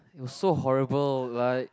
you so horrible like